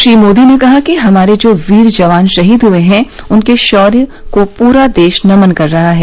श्री मोदी ने कहा कि हमारे जो वीर जवान शहीद हुए हैं उनके शौर्य को पूरा देश नमन कर रहा है